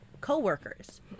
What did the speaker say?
Coworkers